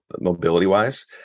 mobility-wise